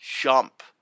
jump